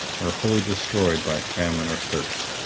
were wholly destroyed by famine or thirst,